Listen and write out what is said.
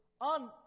on